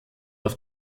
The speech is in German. auf